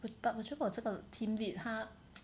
but 我觉得我这个 team lead 他